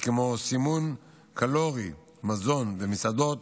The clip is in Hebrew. סימון קלורי של מזון במסעדות,